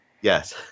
Yes